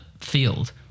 field